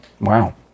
Wow